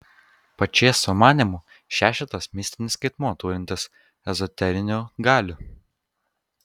pačėso manymu šešetas mistinis skaitmuo turintis ezoterinių galių